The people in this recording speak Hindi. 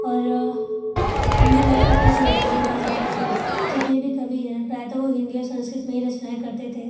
और हिन्दी भाषा का इतिहास देखा जाए तो जितने भी कवि हैं प्रायता वो हिन्दी और संस्कृत में ही रचनाऍं करते थे